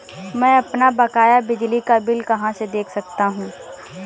मैं अपना बकाया बिजली का बिल कहाँ से देख सकता हूँ?